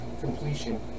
completion